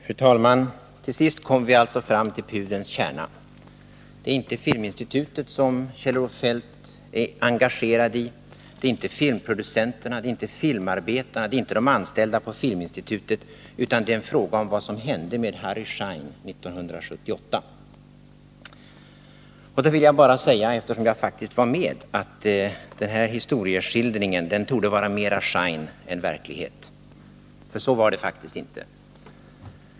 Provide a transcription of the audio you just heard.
Fru talman! Till sist kom vi alltså fram till pudelns kärna! Det är inte Filminstitutet som Kjell-Olof Feldt är engagerad i, det är inte filmproducen 81 terna, det är inte filmarbetarna, det är inte de anställda på Filminstitutet — det här är en fråga om vad som hände med Harry Schein 1978! Eftersom jag faktiskt var med då vill jag bara säga att den historieskrivning Kjell-Olof Feldt gjorde torde vara mera Schein än verklighet — så var det faktiskt inte.